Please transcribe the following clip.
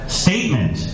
statement